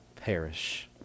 perish